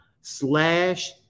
slash